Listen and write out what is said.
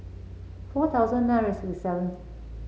four thousand nine hundred sixty seventh